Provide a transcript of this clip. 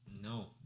No